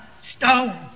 stone